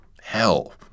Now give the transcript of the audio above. hell